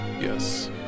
Yes